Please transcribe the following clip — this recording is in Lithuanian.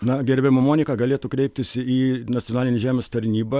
na gerbiama monika galėtų kreiptis į nacionalinį žemės tarnybą